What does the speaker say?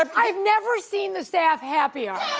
um i've never seen the staff happier.